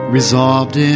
Resolved